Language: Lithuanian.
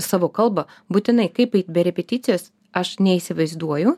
savo kalbą būtinai kaip be repeticijos aš neįsivaizduoju